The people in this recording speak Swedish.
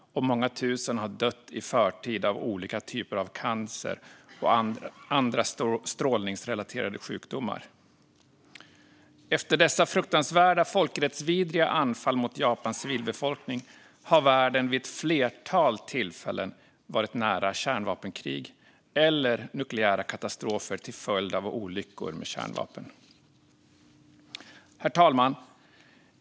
Många tusen har dött i förtid av olika typer av cancer och andra strålningsrelaterade sjukdomar. Efter dessa fruktansvärda, folkrättsvidriga anfall mot Japans civilbefolkning har världen vid ett flertal tillfällen varit nära kärnvapenkrig eller nukleära katastrofer till följd av olyckor med kärnvapen. Herr talman!